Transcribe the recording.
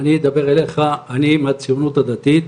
אני אדבר אליך, אני מהציונות הדתית.